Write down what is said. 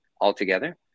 altogether